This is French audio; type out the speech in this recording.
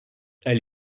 elle